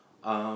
um